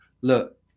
look